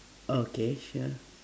okay sure